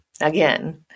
Again